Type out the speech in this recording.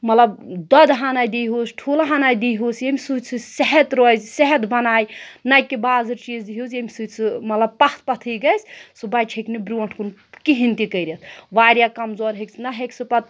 مطلب دۄدٕ ہٲنہ دِیٖہُس ٹھوٗلہٕ ہَنہٕ دیٖہُس ییٚمہِ سۭتۍ سُہ صحت روزِ صحت بَناوِ نہ کہ بازٕرۍ چیٖز دیٖہُس ییٚمہِ سۭتۍ سُہ مطلب پَتھ پَتھٕے گَژھِ سُہ بَچہٕ ہیٚکہِ نہٕ برٛونٛٹھ کُن کِہیٖنۍ تہِ کٔرِتھ واریاہ کمزور ہیٚکہِ نہ ہیٚکہِ سُہ پَتہٕ